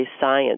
science